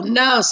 no